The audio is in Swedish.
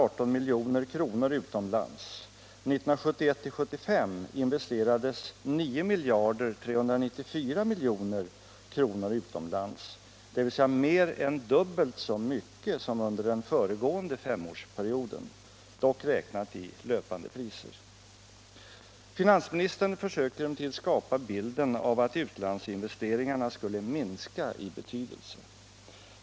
1971 t.o.m. 1975 investerades 9 394 milj.kr. utomlands, dvs. mer än dubbelt så mycket som under den föregående femårsperioden, dock räknat i löpande priser. Finansministern försöker emellertid skapa bilden av att utlandsinvesteringarna skulle minska i betydelse.